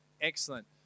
Excellent